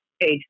age